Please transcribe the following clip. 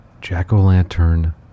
jack-o'-lantern